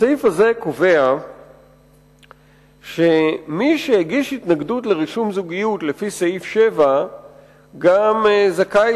הסעיף הזה קובע שמי שהגיש התנגדות לרישום זוגיות לפי סעיף 7 גם זכאי